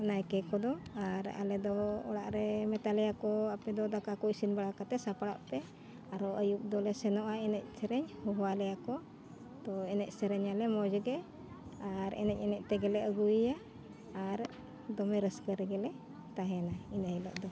ᱱᱟᱭᱠᱮ ᱠᱚᱫᱚ ᱟᱨ ᱟᱞᱮ ᱫᱚ ᱚᱲᱟᱜ ᱨᱮ ᱢᱮᱛᱟᱞᱮᱭᱟ ᱠᱚ ᱟᱯᱮ ᱫᱚ ᱫᱟᱠᱟ ᱠᱚ ᱤᱥᱤᱱ ᱵᱟᱲᱟ ᱠᱟᱛᱮ ᱥᱟᱯᱲᱟᱜ ᱯᱮ ᱟᱨᱦᱚᱸ ᱟᱹᱭᱩᱵ ᱫᱚᱞᱮ ᱥᱮᱱᱚᱜᱼᱟ ᱮᱱᱮᱡ ᱥᱮᱨᱮᱧ ᱦᱚᱦᱚᱣᱟᱞᱮᱭᱟᱠᱚ ᱛᱚ ᱮᱱᱮᱡ ᱥᱮᱨᱮᱧᱟᱞᱮ ᱢᱚᱡᱽ ᱜᱮ ᱟᱨ ᱮᱱᱮᱡ ᱮᱱᱮᱡ ᱛᱮᱜᱮᱞᱮ ᱟᱹᱜᱩᱭᱮᱭᱟ ᱟᱨ ᱫᱚᱢᱮ ᱨᱟᱹᱥᱠᱟᱹ ᱨᱮᱜᱮ ᱞᱮ ᱛᱟᱦᱮᱱᱟ ᱤᱱᱟᱹ ᱦᱤᱞᱳᱜ ᱫᱚ